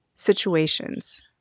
Situations